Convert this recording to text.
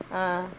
ah